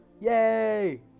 Yay